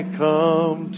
come